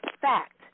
fact